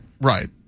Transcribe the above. Right